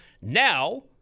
Now